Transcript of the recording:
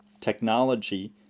Technology